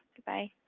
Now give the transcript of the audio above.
good bye